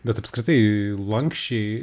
bet apskritai lanksčiai